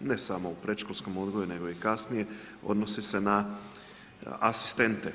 ne samo u predškolskom odgoju nego i kasnije, odnosi se na asistente.